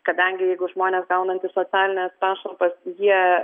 kadangi jeigu žmonės gaunantys socialines pašalpas jie